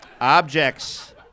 objects